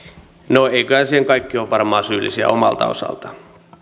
no eivätköhän siihen kaikki ole varmaan syyllisiä omalta osaltaan